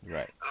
Right